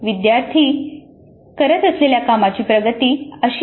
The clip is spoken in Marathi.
विद्यार्थी करत असलेल्या कामाची प्रगती अशी झाली पाहिजे